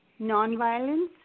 nonviolence